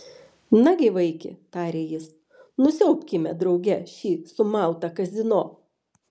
nagi vaiki tarė jis nusiaubkime drauge šį sumautą kazino